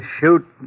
shoot